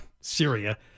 Syria